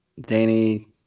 Danny